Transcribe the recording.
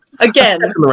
Again